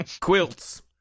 Quilts